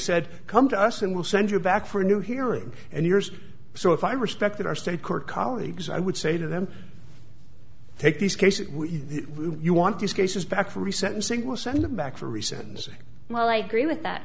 said come to us and we'll send you back for a new hearing and yours so if i respected our state court colleagues i would say to them take these cases you want these cases back from the sentencing will send them back for reasons well i agree with that